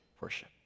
worship